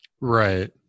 Right